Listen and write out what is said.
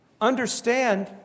Understand